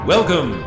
Welcome